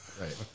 right